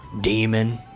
Demon